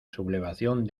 sublevación